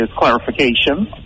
clarification